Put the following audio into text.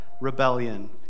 rebellion